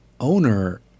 owner